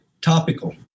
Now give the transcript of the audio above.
topical